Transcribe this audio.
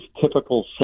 typical